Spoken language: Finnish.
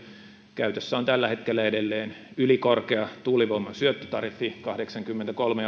käytössä on tällä hetkellä edelleen ylikorkea tuulivoiman syöttötariffi kahdeksankymmentäkolme